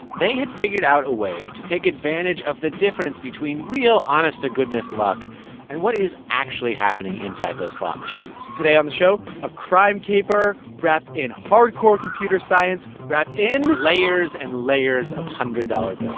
they had figured out a way to take advantage of the difference between real, honest-to-goodness luck and what is actually happening inside those slot machines today on the show, a crime caper wrapped in hardcore computer science wrapped in. layers and layers of hundred-dollar bills